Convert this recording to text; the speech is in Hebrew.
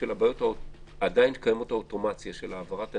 בשל הבעיות שעדיין קיימות באוטומציה של העברת הנתונים,